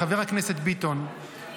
חבר הכנסת ביטון,